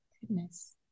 goodness